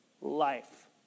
life